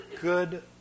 good